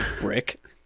Brick